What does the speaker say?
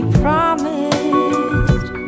promised